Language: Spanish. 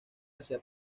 hacia